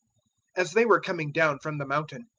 as they were coming down from the mountain,